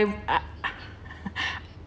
I ah